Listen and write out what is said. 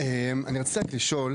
אני רציתי רק לשאול,